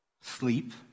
Sleep